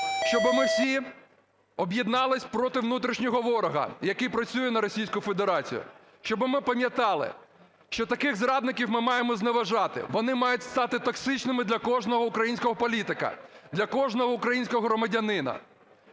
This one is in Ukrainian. Щоби ми всі об'єднались проти внутрішнього ворога, який працює на Російську Федерацію, щоби ми пам'ятали, що таких зрадників ми маємо зневажати, вони мають стати токсичними для кожного українського політика, для кожного українського громадянина.